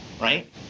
right